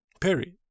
Period